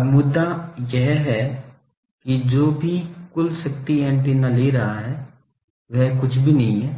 अब मुद्दा यह है कि जो भी कुल शक्ति एंटीना ले रहा है वह कुछ भी नहीं है